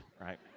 right